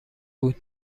بود